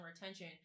retention